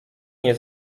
nie